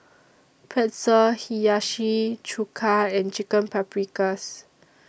Pretzel Hiyashi Chuka and Chicken Paprikas